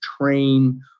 train